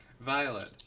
Violet